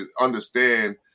understand